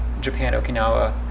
Japan-Okinawa